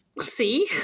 See